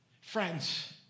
Friends